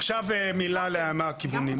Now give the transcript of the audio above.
עכשיו מילה מה הכיוונים.